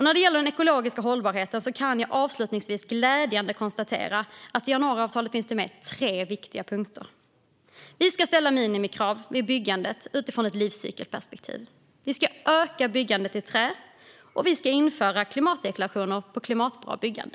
När det gäller den ekologiska hållbarheten kan jag avslutningsvis, glädjande nog, konstatera att det finns tre viktiga punkter i januariavtalet: Vi ska ställa minimikrav vid byggande utifrån ett livscykelperspektiv, vi ska öka byggandet i trä och vi ska införa klimatdeklarationer för klimatbra byggande.